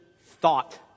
thought